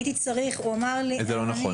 הוא אמר לי אני הייתי צריך --- זה לא נכון.